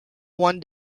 one